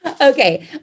Okay